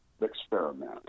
experiment